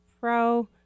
pro